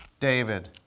David